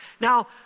Now